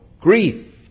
grief